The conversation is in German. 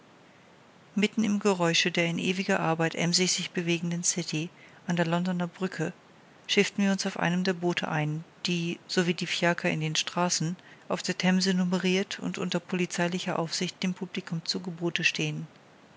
mitten im geräusche der in ewiger arbeit emsig sich bewegenden city an der londoner brücke schifften wir uns auf einem der boote ein die so wie die fiaker in den straßen auf der themse numeriert und unter polizeilicher aufsicht dem publikum zu gebote stehen